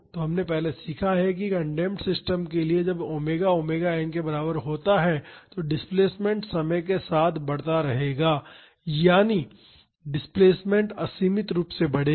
तो हमने पहले सीखा है कि एक अनडेमप्ड सिस्टम के लिए जब ओमेगा ओमेगा एन के बराबर होता है तो डिस्प्लेसमेंट समय के साथ बढ़ता रहेगा यानी डिस्प्लेसमेंट असीमित रूप से बढ़ेगा